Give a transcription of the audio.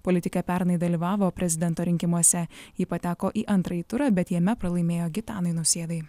politikė pernai dalyvavo prezidento rinkimuose ji pateko į antrąjį turą bet jame pralaimėjo gitanui nausėdai